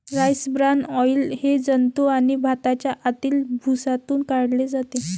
rice bran oil हे जंतू आणि भाताच्या आतील भुसातून काढले जाते